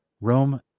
Rome